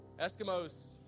Eskimos